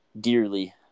dearly